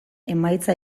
emaitza